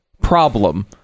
problem